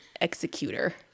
executor